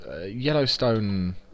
Yellowstone